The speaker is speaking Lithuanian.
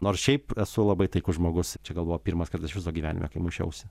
nors šiaip esu labai taikus žmogus čia gal buvo pirmas kartas iš viso gyvenime kai mušiausi